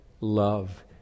love